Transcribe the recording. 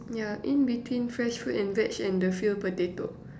mm yeah in between fresh fruit and veg and the filled potato